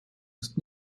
ist